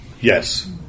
yes